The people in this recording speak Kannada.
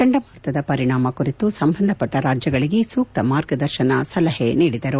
ಚಂಡಮಾರುತದ ಪರಿಣಾಮ ಕುರಿತು ಸಂಬಂಧಪಟ್ಟ ರಾಜ್ಲಗಳಿಗೆ ಸೂಕ್ತ ಮಾರ್ಗದರ್ಶನ ಸಲಹೆ ನೀಡಿದರು